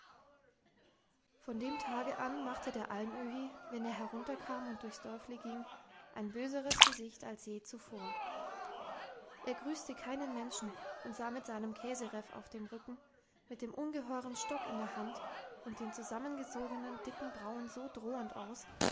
von dem tage an machte der alm öhi wenn er herunterkam und durchs dörfli ging ein böseres gesicht als je zuvor er grüßte keinen menschen und sah mit seinem käsereff auf dem rücken mit dem ungeheuren stock in der hand und den zusammengezogenen dicken brauen so drohend aus